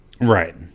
Right